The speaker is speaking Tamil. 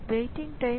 waiting time